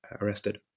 arrested